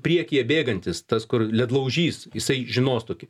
priekyje bėgantis tas kur ledlaužys jisai žinos tokį